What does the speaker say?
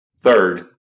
Third